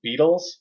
Beatles